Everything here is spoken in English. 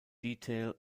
detail